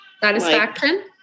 Satisfaction